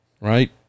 right